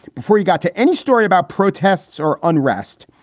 before he got to any story about protests or unrest,